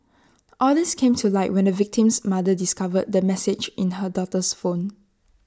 all these came to light when the victim's mother discovered the messages in her daughter's phone